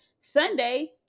Sunday